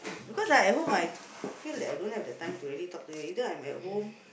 because at home what I feel that I don't have the time to really talk to you either I'm at home